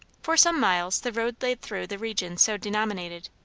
for some miles the road lay through the region so denominated.